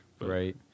Right